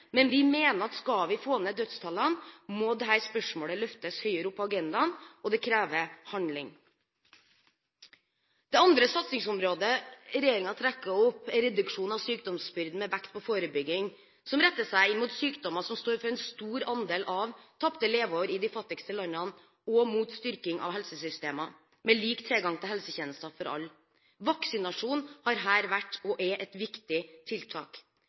men vi mener at skal vi få ned dødstallene, må dette spørsmålet løftes høyere opp på agendaen, og det krever handling. Det andre satsingsområdet regjeringen trekker opp, er reduksjon av sykdomsbyrde, med vekt på forebygging som retter seg mot sykdommer som står for en stor andel av tapte leveår i de fattigste landene, og mot styrking av helsesystemene, med lik tilgang til helsetjenester for alle. Vaksinasjon har her vært og er et viktig tiltak.